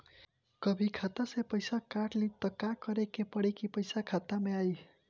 कभी खाता से पैसा काट लि त का करे के पड़ी कि पैसा कईसे खाता मे आई?